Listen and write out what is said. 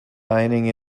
dining